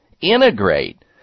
integrate